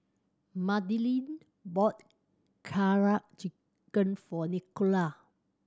Madilyn bought Karaage Chicken for Nicola